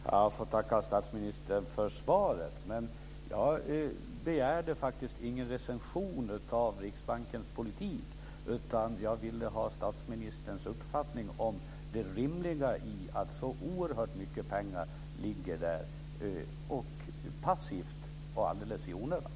Fru talman! Jag får tacka statsministern för svaret. Jag begärde faktiskt ingen recension av Riksbankens politik, utan jag ville ha statsministerns uppfattning om det rimliga i att så oerhört mycket pengar ligger där passivt alldeles i onödan.